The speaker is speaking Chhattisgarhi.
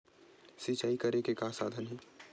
सिंचाई करे के का साधन हे?